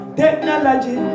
technology